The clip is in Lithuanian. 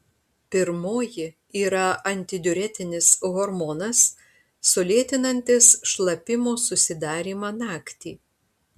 pirmoji yra antidiuretinis hormonas sulėtinantis šlapimo susidarymą naktį